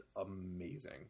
amazing